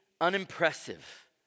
unimpressive